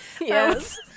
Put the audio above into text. Yes